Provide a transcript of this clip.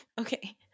Okay